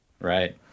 Right